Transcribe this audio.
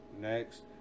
Next